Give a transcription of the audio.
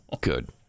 good